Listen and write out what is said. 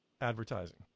advertising